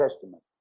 Testament